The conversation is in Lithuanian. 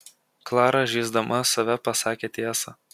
klara žeisdama save pasakė tiesą